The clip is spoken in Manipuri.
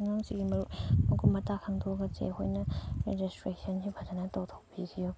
ꯑꯉꯥꯡꯁꯤꯒꯤ ꯃꯀꯨꯞ ꯃꯇꯥ ꯈꯪꯗꯣꯛꯑꯒ ꯆꯦ ꯍꯣꯏꯅ ꯔꯦꯖꯤꯁꯇ꯭ꯔꯦꯁꯟꯁꯤ ꯐꯖꯅ ꯇꯧꯊꯣꯛꯄꯤꯌꯨ